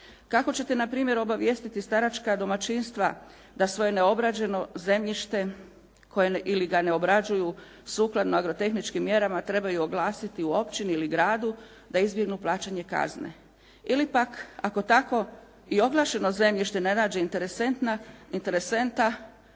Kako ćete na primjer obavijestiti staračka domaćinstva da svoje neobrađeno zemljište koje ili ga ne obrađuju sukladno agrotehničkim mjerama, a trebaju oglasiti u općini ili gradu da izbjegnu plaćanje kazne? Ili pak ako tako i oglašeno zemljište ne nađe interesenta,